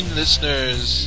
listeners